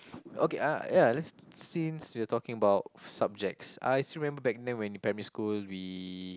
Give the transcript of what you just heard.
okay ah ya let's since we are talking about subjects I still remember back then when we primary school we